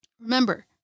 remember